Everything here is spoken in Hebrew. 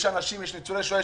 יש ניצולי שואה,